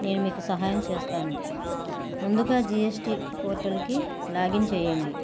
నేను మీకు సహాయం చేస్తాను ముందుగా జిఎస్టి పోర్టల్కి లాగిన్ చేయండి